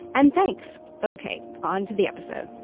and thanks. ok, onto the episode